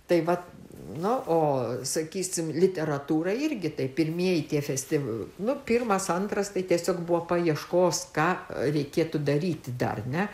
tai vat nu o sakysim literatūra irgi tai pirmieji tie festi nu pirmas antras tai tiesiog buvo paieškos ką reikėtų daryti dar ne